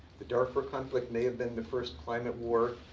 the darfur conflict may have been the first climate war.